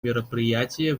мероприятие